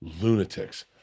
lunatics